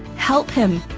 help him,